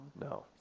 no